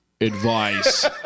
advice